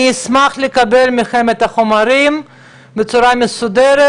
אני אשמח לקבל מכם את החומרים בצורה מסודרת,